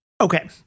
Okay